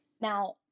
Now